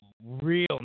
real